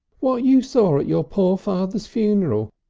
what you saw at your poor father's funeral.